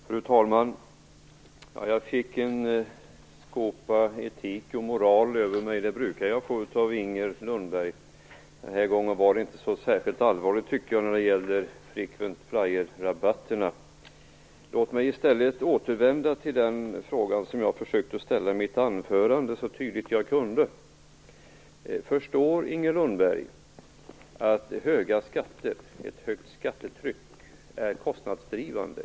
Fru talman! Jag fick en skopa etik och moral över mig. Det brukar jag få av Inger Lundberg. Den här gången var det inte särskilt allvarligt, när det gäller frequent flyer-rabatterna. Låt mig i stället återvända till den fråga som jag så tydligt jag kunde försökte ställa i mitt anförande. Förstår Inger Lundberg att höga skatter, ett högt skattetryck, är kostnadsdrivande?